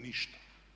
Ništa!